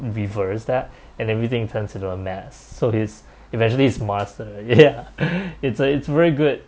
reverse that and everything turns into a mess so his eventually his master ya it's a it's very good